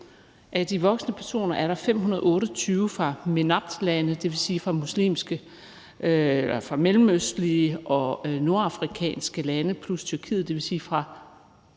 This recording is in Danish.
Af de voksne personer er der 528 fra MENAPT-lande, dvs. fra mellemøstlige og nordafrikanske lande plus Tyrkiet, dvs. fra